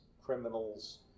criminals